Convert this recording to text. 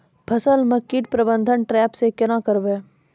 फसल म कीट प्रबंधन ट्रेप से केना करबै?